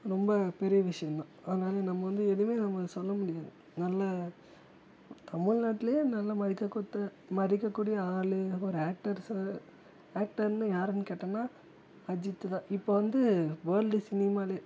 ரொம்ப பெரிய விஷயம் தான் அதனால் நம்ம வந்து எதுவுமே நம்ம சொல்ல முடியாது நல்ல தமிழ்நாட்டில் நல்ல மதிக்க கூத்ய மதிக்க கூடிய ஆள் அப்புறம் ஆக்ட்டர்ஸை ஆக்ட்டர்ன்னு யாருன்னு கேட்டோம்னா அஜித்து தான் இப்போ வந்து வேர்ல்ட்டு சினிமாவிலே